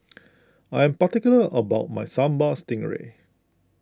I am particular about my Sambal Stingray